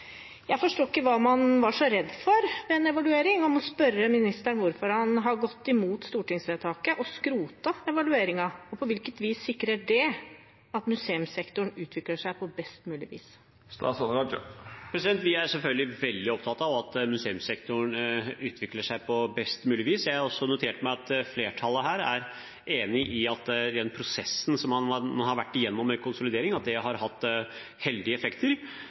Jeg forstår ikke hva man var så redd for ved en evaluering, og må spørre ministeren hvorfor han har gått imot stortingsvedtaket og skrotet evalueringen. Hvordan sikrer det at museumssektoren utvikler seg på best mulig vis? Jeg er selvfølgelig opptatt av at museumssektoren utvikler seg på best mulig vis. Jeg har også notert meg at flertallet her er enig i at den prosessen man nå har vært igjennom med konsolidering, har hatt heldige effekter.